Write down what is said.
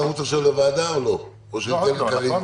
אין בעיה.